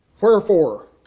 Wherefore